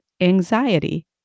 anxiety